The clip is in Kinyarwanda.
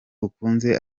akunze